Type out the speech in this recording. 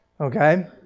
Okay